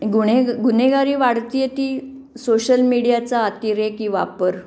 गुण्हे गुन्हेगारी वाढते आह ती सोशल मीडियाचा अतिरेकी वापर